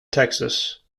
texas